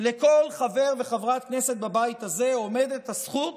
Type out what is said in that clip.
לכל חבר וחברת כנסת בבית הזה עומדת הזכות